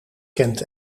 kent